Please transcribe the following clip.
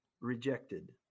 rejected